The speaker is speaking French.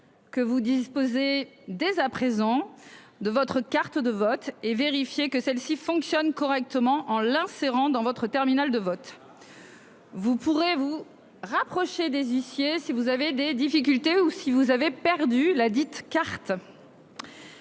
que vous disposez dès à présent de votre carte de vote et vérifier que celle-ci fonctionnent correctement. En l'insérant dans votre terminal de vote. Vous pourrez vous rapprocher des initiés si vous avez des difficultés ou si vous avez perdu la dite carte.